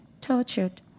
tortured